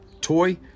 toy